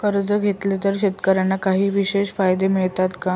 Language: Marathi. कर्ज घेतले तर शेतकऱ्यांना काही विशेष फायदे मिळतात का?